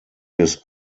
bis